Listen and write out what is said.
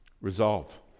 resolve